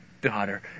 daughter